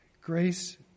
Grace